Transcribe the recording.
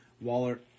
Waller